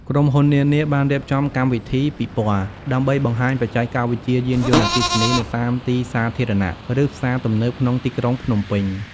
ក្រុមហ៊ុននានា បានរៀបចំកម្មវិធីពិព័រណ៍ ដើម្បីបង្ហាញបច្ចេកវិទ្យាយានយន្តអគ្គីសនីនៅតាមទីសាធារណៈ ឬផ្សារទំនើបក្នុងទីក្រុងភ្នំពេញ។